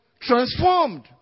transformed